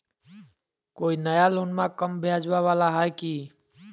कोइ नया लोनमा कम ब्याजवा वाला हय की?